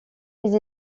les